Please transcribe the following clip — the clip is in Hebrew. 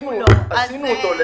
עשינו את זה.